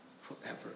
forever